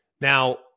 Now